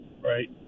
right